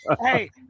hey